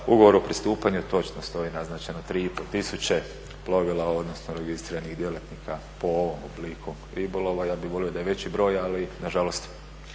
ugovor o pristupanju točno stoji naznačeno 3,5 tisuće plovila odnosno registriranih djelatnika po ovom obliku ribolova. Ja bih volio da je veći broj ali nažalost